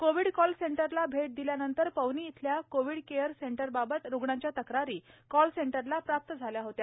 Covid call सेंटरला भेट दिल्यानंतर पवनी येथील कोविड केअर सेंटर बाबत रूग्णांच्या तक्रारी कॉल सेंटरला प्राप्त झाल्या होत्या